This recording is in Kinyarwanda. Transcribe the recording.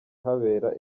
habera